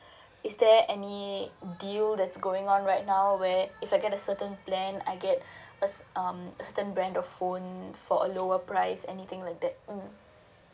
is there any deals that's going on right now where if I get a certain plan I get a um a certain brand the phone and for a lower price anything like that um